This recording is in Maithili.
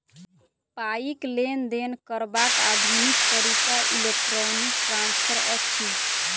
पाइक लेन देन करबाक आधुनिक तरीका इलेक्ट्रौनिक ट्रांस्फर अछि